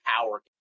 power